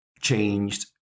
changed